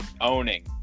owning